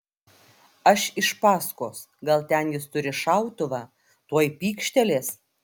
aš iš paskos gal ten jis turi šautuvą tuoj pykštelės